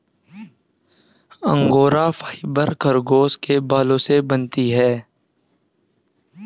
angora fibre खरगोश के बालों से बनती है